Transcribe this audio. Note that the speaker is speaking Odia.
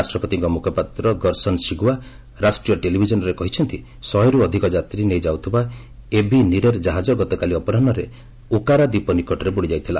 ରାଷ୍ଟ୍ରପତିଙ୍କ ମ୍ରଖପାତ୍ର ଗର୍ସନ୍ ସିଗ୍ଓ୍ବା ରାଷ୍ଟ୍ରୀୟ ଟେଲିଭିଜନ୍ରେ କହିଛନ୍ତି ଶହେର୍ ଅଧିକ ଯାତ୍ରୀ ନେଇଯାଉଥିବା ଏଭି ନିରେର୍ କାହାକ ଗତକାଲି ଅପରାହୁରେ ଉକାରା ଦ୍ୱୀପ ନିକଟରେ ବୁଡ଼ିଯାଇଥିଲା